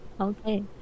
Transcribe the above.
Okay